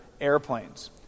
airplanes